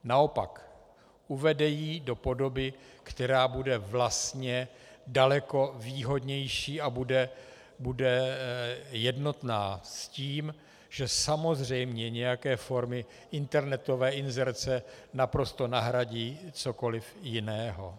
Naopak, uvede ji do podoby, která bude vlastně daleko výhodnější a bude jednotná s tím, že samozřejmě nějaké formy internetové inzerce naprosto nahradí cokoliv jiného.